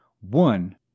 one